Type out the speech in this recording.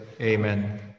Amen